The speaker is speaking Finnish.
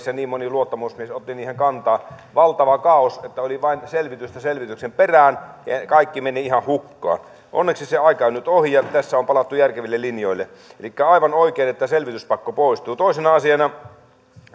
ja niin moni luottamusmies otti niihin kantaa valtava kaaos oli vain selvitystä selvityksen perään ja kaikki meni ihan hukkaan onneksi se aika on nyt ohi ja tässä on palattu järkeville linjoille elikkä on aivan oikein että selvityspakko poistuu toisena asiana